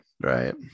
right